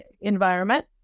environment